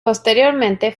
posteriormente